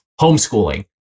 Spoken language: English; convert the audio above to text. homeschooling